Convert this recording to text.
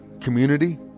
community